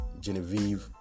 Genevieve